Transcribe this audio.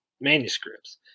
manuscripts